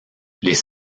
les